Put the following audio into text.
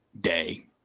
day